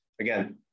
again